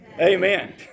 Amen